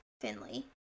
Finley